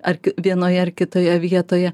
ar vienoje ar kitoje vietoje